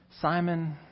Simon